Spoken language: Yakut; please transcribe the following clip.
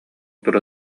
тура